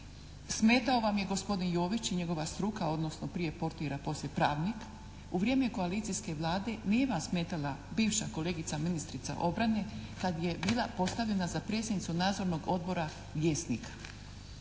smetao vam je gospodin Jović i njegova struka, odnosno prije portir, a poslije pravnik. U vrijeme koalicijske Vlade nije vam smetala bivša kolegica ministrica obrane kad je bila postavljena za predsjednicu Nadzornog odbora Vjesnika,